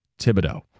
Thibodeau